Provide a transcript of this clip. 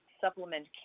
supplement